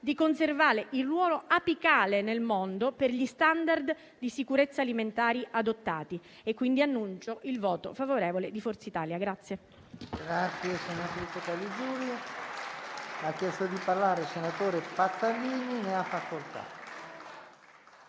di conservare il ruolo apicale nel mondo per gli *standard* di sicurezza alimentare adottati. Annuncio quindi il voto favorevole di Forza Italia.